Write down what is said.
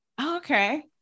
Okay